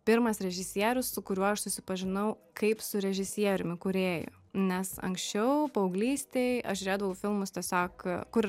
pirmas režisierius su kuriuo aš susipažinau kaip su režisieriumi kūrėju nes anksčiau paauglystėj aš žiūrėdavau filmus tiesiog kur